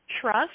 trust